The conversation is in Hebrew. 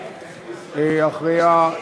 ואחריה,